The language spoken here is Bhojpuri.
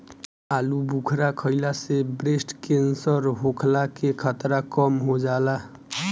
आलूबुखारा खइला से ब्रेस्ट केंसर होखला के खतरा कम हो जाला